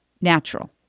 natural